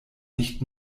nicht